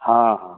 हाँ हाँ